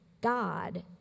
God